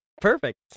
perfect